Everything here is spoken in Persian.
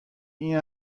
این